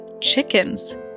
chickens